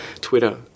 Twitter